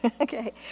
Okay